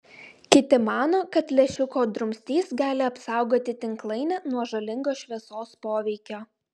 kiti mano kad lęšiuko drumstys gali apsaugoti tinklainę nuo žalingo šviesos poveikio